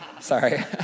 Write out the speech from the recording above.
Sorry